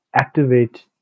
activate